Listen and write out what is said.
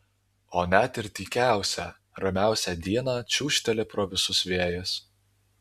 o net ir tykiausią ramiausią dieną čiūžteli pro visus vėjas